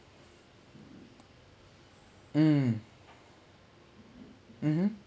mm mmhmm